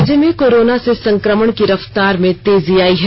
राज्य में कोरोना से संक्रमण की रफ्तार में तेजी आई है